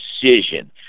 decision